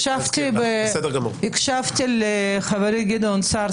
אני הקשבתי לחברי גדעון סער,